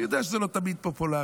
אני יודע שזה לא תמיד פופולרי,